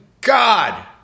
God